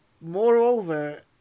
moreover